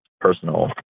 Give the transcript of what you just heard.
personal